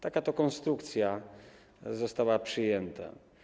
Taka to konstrukcja została przyjęta.